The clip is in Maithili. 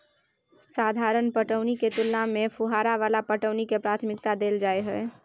साधारण पटौनी के तुलना में फुहारा वाला पटौनी के प्राथमिकता दैल जाय हय